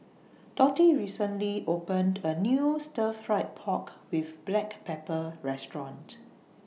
Dottie recently opened A New Stir Fried Pork with Black Pepper Restaurant